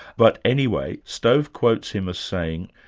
but anyway, stove quotes him as saying,